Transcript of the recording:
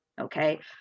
okay